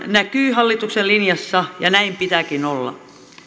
näkyy hallituksen linjassa ja näin pitääkin olla